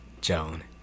Joan